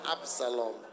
Absalom